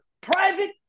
private